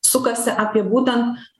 sukasi apie būtent